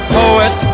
poet